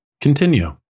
continue